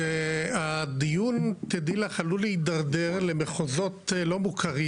שהדיון תדעי לך עלול להידרדר למחוזות לא מוכרים.